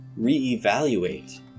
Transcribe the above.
reevaluate